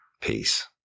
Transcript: Peace